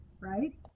right